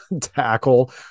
tackle